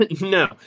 No